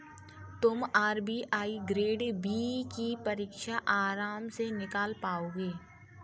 तुम RBI grade B की परीक्षा आराम से निकाल पाओगे